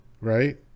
Right